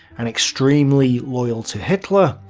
and extremely loyal to hitler,